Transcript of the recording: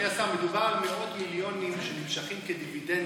אדוני השר, מדובר במיליונים שנמשכים כדיבידנדים.